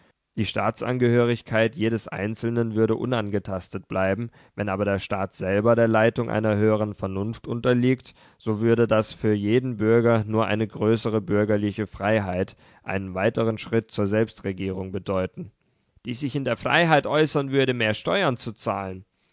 die staatsangehörigkeit jedes einzelnen würde unangetastet bleiben wenn aber der staat selber der leitung einer höheren vernunft unterliegt so würde das für jeden bürger nur eine größere bürgerliche freiheit einen weiteren schritt zur selbstregierung bedeuten die sich in der freiheit äußern würde mehr steuern zu zahlen